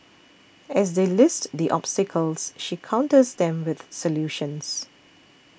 as they list the obstacles she counters them with solutions